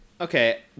okay